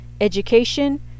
education